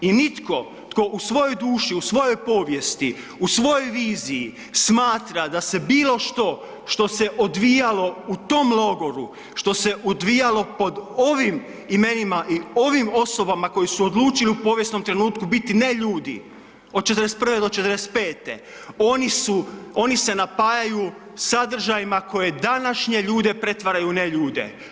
I nitko tko u svojoj duši, u svojoj povijesti, u svojoj viziji smatra da se bilo što što se odvijalo u tom logoru, što se odvijalo pod ovim imenima i ovim osobama koje su odlučile u povijesnom trenutku biti neljudi od '41. do '45., oni se napajaju sadržajima koji današnje ljude pretvaraju u neljude.